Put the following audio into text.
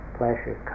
pleasure